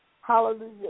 hallelujah